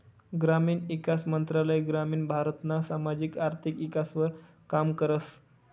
ग्रामीण ईकास मंत्रालय ग्रामीण भारतना सामाजिक आर्थिक ईकासवर काम करस